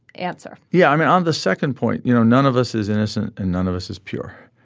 answer yeah i mean on the second point you know none of us is innocent and none of us is pure.